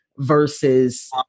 versus